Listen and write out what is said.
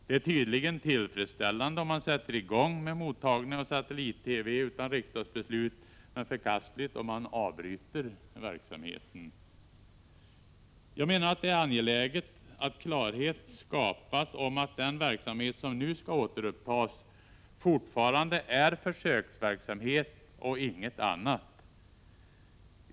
Det är tydligen tillfredsställande, om man sätter i gång med mottagning av satellit-TV utan riksdagsbeslut, men förkastligt om man avbryter verksamheten! Jag menar att det är angeläget att klarhet skapas om att den verksamhet som nu skall återupptas fortfarande är en försöksverksamhet och inget annat.